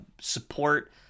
support